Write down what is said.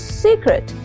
secret 。